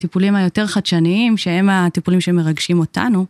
טיפולים היותר חדשניים, שהם הטיפולים שמרגשים אותנו.